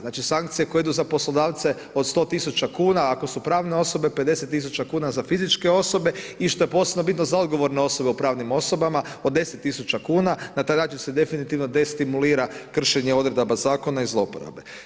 Znači, sankcije koje idu za poslodavce od 100 tisuća kuna ako su pravne osobe, 50 tisuća kuna za fizičke osobe i što je posebno bitno za odgovorne osobe u pravnim osobama od 10 tisuća kuna na taj način se definitivno destimulira kršenje odredaba zakona i zloporabe.